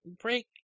break